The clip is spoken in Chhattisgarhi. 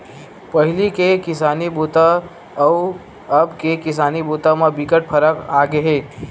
पहिली के किसानी बूता अउ अब के किसानी बूता म बिकट फरक आगे हे